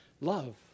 love